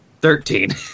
Thirteen